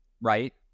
right